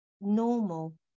normal